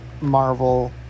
Marvel